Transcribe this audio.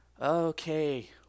okay